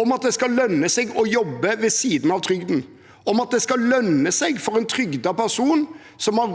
om at det skal lønne seg å jobbe ved siden av trygden, om at det skal lønne seg for en trygdet person som har